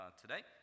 today